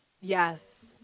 Yes